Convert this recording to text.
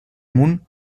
amunt